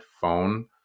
phone